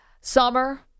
Summer